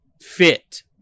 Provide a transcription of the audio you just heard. fit